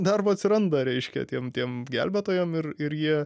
darbo atsiranda reiškia tiem tiem gelbėtojam ir ir jie